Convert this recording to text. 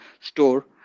store